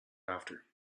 after